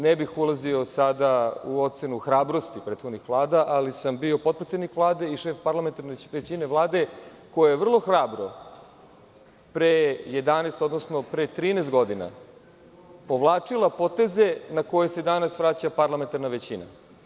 Ne bih ulazio sada u ocenu hrabrosti prethodnih vlada, ali sam bio potpredsednik vlade i šef parlamentarne većine vlade koja je hrabro pre 13 godina povlačila poteze na koje se danas vraća parlamentarna većina.